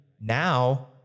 Now